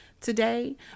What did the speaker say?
today